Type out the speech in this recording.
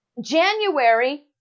January